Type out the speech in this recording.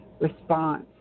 response